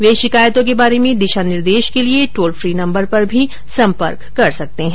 वे शिकायतों के बारे में दिशा निर्देश के लिए टोल फ्री नम्बर पर भी संपर्क कर सकते हैं